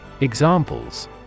Examples